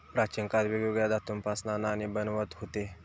प्राचीन काळात वेगवेगळ्या धातूंपासना नाणी बनवत हुते